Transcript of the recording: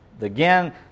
Again